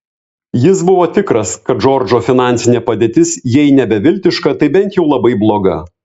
jis buvo tikras kad džordžo finansinė padėtis jei ne beviltiška tai bent jau labai bloga